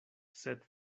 sed